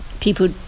people